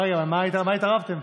על מה התערבתם?